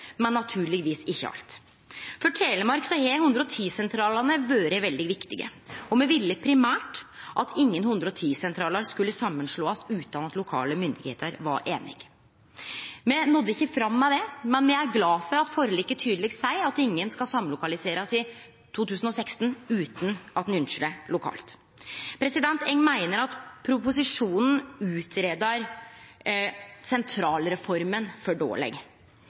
men naturligvis ikkje alt. For Telemark har 110-sentralane vore veldig viktige, og me ville primært at ingen 110-sentralar skulle slåast saman utan at lokale myndigheiter var einig i det. Me nådde ikkje fram med det, men me er glade for at forliket tydeleg seier at ingen skal samlokaliserast i 2016 utan at ein ynskjer det lokalt. Eg meiner at proposisjonen greier ut sentralreforma for dårleg.